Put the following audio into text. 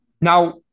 Now